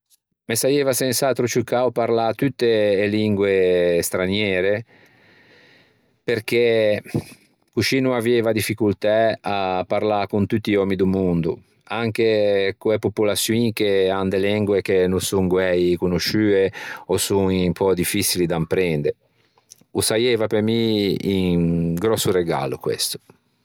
Me saieiva sens'atro ciù cao parlâ tutte e lingue straniere perché coscì no avieiva difficoltæ à parlâ con tutti i ommi do mondo anche con e popolaçioin che an de lengue che no son guæi conosciue ò son un pö diffiçili da imprende. O saieiva pe mi un grosso regallo questo